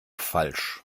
falsch